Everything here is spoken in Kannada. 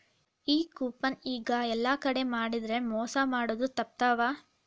ಈ ಕೂಪನ್ ಈಗ ಯೆಲ್ಲಾ ಕಡೆ ಮಾಡಿದ್ರಿಂದಾ ಮೊಸಾ ಮಾಡೊದ್ ತಾಪ್ಪ್ಯಾವ